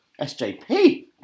SJP